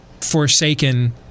forsaken